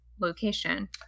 location